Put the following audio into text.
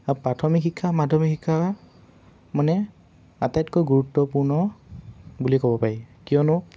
আৰু প্ৰাথমিক শিক্ষা মাধ্যমিক শিক্ষা মানে আটাইতকৈ গুৰুত্বপূৰ্ণ বুলি ক'ব পাৰি কিয়নো